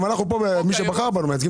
גם אנחנו מייצגים את מי שבחר בנו.